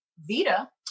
Vita